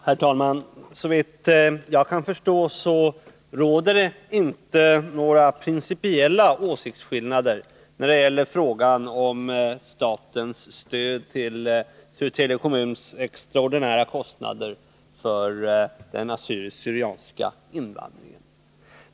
Herr talman! Såvitt jag kan förstå råder det inte några principiella åsiktsskillnader när det gäller frågan om statens stöd till Södertälje kommuns extraordinära kostnader för den assyriska/syrianska invandringen.